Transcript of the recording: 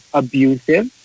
abusive